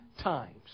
times